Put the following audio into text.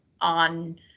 on